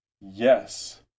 yes